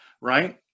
right